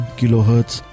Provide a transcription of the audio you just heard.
kilohertz